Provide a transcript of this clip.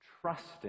trusting